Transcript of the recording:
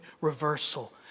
reversal